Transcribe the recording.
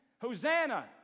hosanna